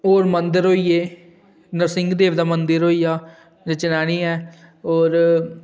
होर मंदर होइये नरसिंह देव दा मंदर होइया जो चनैह्नी ऐ होर